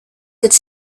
could